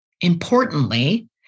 Importantly